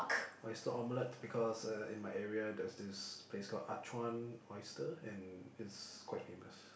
oyster omelette because uh in my area there's this place called Ah-Chuan oyster and it's quite famous